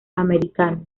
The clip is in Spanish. americano